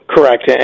Correct